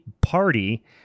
party